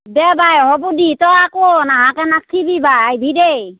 দে বাই হ'ব দি তই আকৌ নাহাকে নাথকিবি বাই আইভি দেই